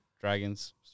Dragons